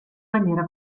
maniera